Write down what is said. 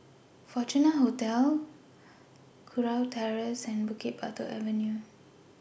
Fortuna Hotel Kurau Terrace and Bukit Batok Avenue